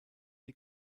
die